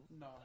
No